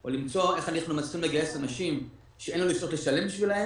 או למצוא איך אנחנו מצליחים לגייס אנשים שאין לנו כסף לשלם בשבילם